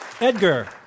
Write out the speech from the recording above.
Edgar